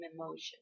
emotion